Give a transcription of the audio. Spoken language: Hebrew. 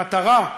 המטרה,